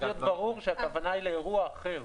להיות ברור שהכוונה היא לאירוע אחר.